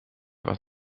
wat